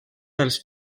dels